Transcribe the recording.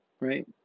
Right